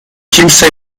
kimse